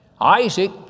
Isaac